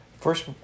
First